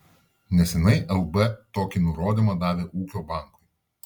neseniai lb tokį nurodymą davė ūkio bankui